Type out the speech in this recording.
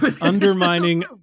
undermining